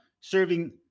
serving